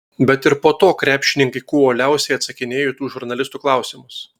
bet ir po to krepšininkai kuo uoliausiai atsakinėjo į tų žurnalistų klausimus